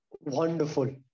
Wonderful